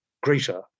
greater